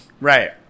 Right